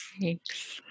Thanks